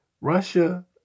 Russia